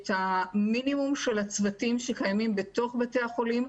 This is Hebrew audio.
את המינימום של הצוותים שקיימים בתוך בתי החולים,